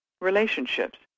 relationships